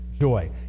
joy